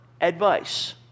advice